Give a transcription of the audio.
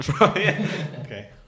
Okay